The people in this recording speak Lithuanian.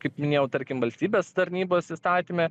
kaip minėjau tarkim valstybės tarnybos įstatyme